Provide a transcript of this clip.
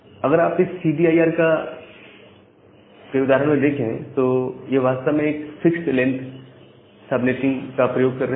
अगर आप इस सीआईडी आर के उदाहरण में देखे तो यह वास्तव में हम फिक्स्ड लेंथ सबनेटिंग का प्रयोग कर रहे हैं